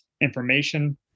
information